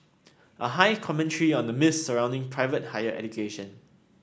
a high commentary on the myths surrounding private higher education